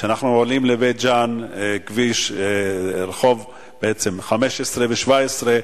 כשאנחנו עולים לבית-ג'ן, לרחוב 15 ו-17,